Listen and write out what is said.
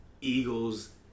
Eagles